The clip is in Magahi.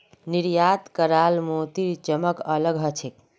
निर्यात कराल मोतीर चमक अलग ह छेक